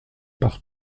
par